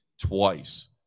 twice